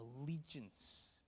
allegiance